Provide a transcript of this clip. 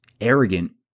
arrogant